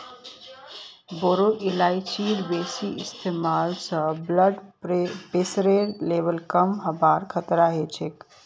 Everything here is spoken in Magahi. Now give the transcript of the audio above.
बोरो इलायचीर बेसी इस्तमाल स ब्लड प्रेशरेर लेवल कम हबार खतरा ह छेक